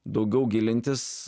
daugiau gilintis